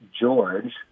George